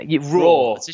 Raw